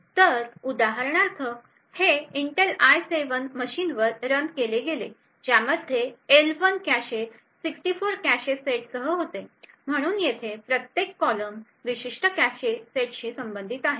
तर उदाहरणार्थ हे इंटेल आय 7 मशीनवर रन केले गेले ज्यामध्ये एल 1 कॅशे 64 कॅशे सेट्ससह होते म्हणून येथे प्रत्येक कॉलम विशिष्ट कॅशे सेटशी संबंधित आहे